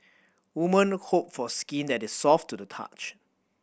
woman hope for skin that is soft to the touch